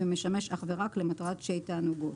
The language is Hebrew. ומשמש אך ורק למטרת שיט תענוגות.